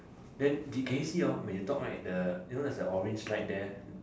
then did can you see or not when you talk right the you know there is an orange light there